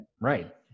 Right